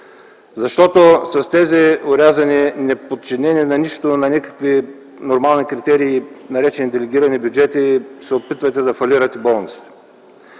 С тези орязани, неподчинени на никакви нормални критерии, така наречени делегирани бюджети се опитвате да фалирате болниците.